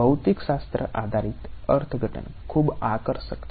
ભૌતિકશાસ્ત્ર આધારિત અર્થઘટન ખૂબ આકર્ષક છે